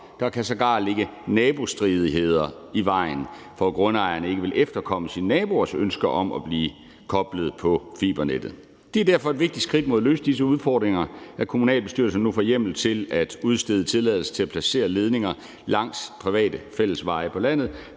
der kan sågar ligge nabostridigheder i vejen for det, hvor grundejerne ikke vil efterkomme sine naboers ønske om at blive koblet på fibernettet. Det er derfor et vigtigt skridt mod at løse disse udfordringer, at kommunalbestyrelser nu får hjemmel til at udstede tilladelse til at placere ledninger langs private fællesveje på landet,